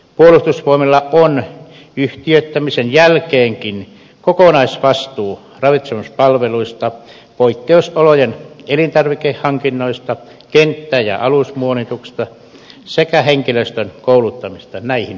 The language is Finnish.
puolustusvoimilla on yhtiöittämisen jälkeenkin kokonaisvastuu ravitsemispalveluista poikkeusolojen elintarvikehankinnoista kenttä ja alusmuonituksesta sekä henkilöstön kouluttamisesta näihin tehtäviin